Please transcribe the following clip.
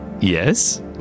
yes